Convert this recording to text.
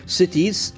cities